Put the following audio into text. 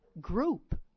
group